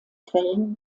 quellen